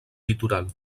litoral